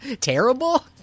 terrible